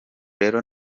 rero